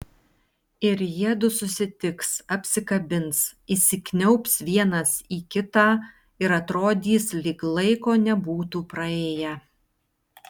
ir jiedu susitiks apsikabins įsikniaubs vienas į kitą ir atrodys lyg laiko nebūtų praėję